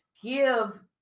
give